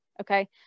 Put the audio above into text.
Okay